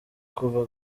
kuva